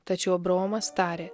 tačiau abraomas tarė